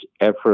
effort